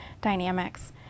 dynamics